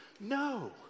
No